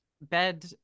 bed